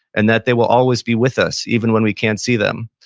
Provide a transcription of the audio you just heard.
and that they will always be with us even when we can't see them.